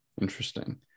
Interesting